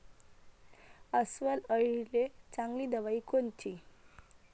अस्वल अळीले चांगली दवाई कोनची?